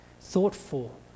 thoughtful